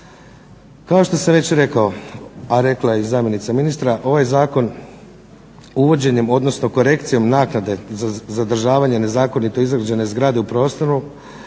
Kao što sam već rekao, a rekla je i zamjenica ministra, ovaj zakon uvođenjem, odnosnom korekcijom naknade za zadržavanje nezakonito izgrađene zgrade u prostoru,